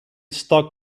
stock